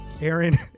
Aaron